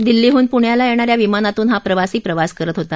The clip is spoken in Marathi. दिल्लीहून पुण्याला येणा या विमानातून हा प्रवासी प्रवास करत होता